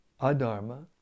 Adharma